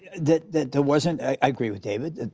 that that there wasn't i agree with david.